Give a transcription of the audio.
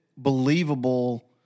believable